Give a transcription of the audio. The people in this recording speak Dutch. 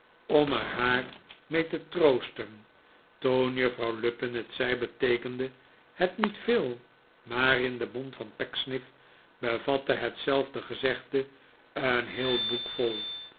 om er haar mee te troosten toen juffrouw lupin het zei beteekende het niet veel maar in den mond van pecksniff bevatte hetzelfde gezegde een heel boek vol